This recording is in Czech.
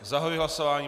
Zahajuji hlasování.